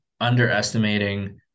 underestimating